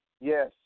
Yes